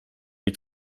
jej